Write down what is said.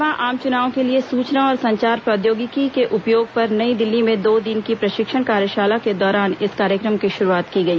लोकसभा आम चुनाव के लिए सूचना और संचार प्रौद्योगिकी के उपयोग पर नई दिल्ली में दो दिन की प्रशिक्षण कार्यशाला के दौरान इस कार्यक्रम की शुरूआत की गई